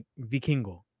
Vikingo